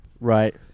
right